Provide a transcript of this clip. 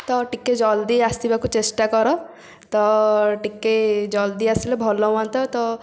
ତ ଟିକେ ଜଲଦି ଆସିବାକୁ ଚେଷ୍ଟା କର ତ ଟିକେ ଜଲଦି ଆସିଲେ ଭଲ ହୁଅନ୍ତା